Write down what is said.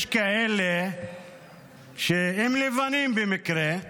יש כאלה שהם לבנים במקרה,